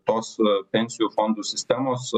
tos pensijų fondų sistemos